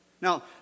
Now